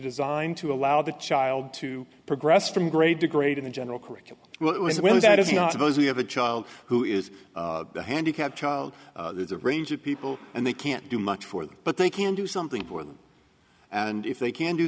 design to allow the child to progress from grade to grade in the general curriculum well that is not suppose we have a child who is the handicapped child there's a range of people and they can't do much for them but they can do something for them and if they can do